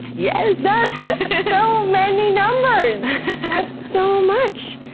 yes! that's so many numbers! that's so much!